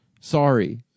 Sorry